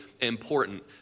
important